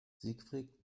siegfried